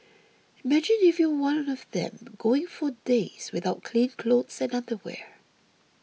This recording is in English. imagine if you were one of them going for days without clean clothes and underwear